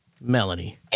Melanie